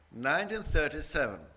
1937